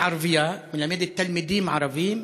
היא ערבייה, ומלמדת תלמידים ערבים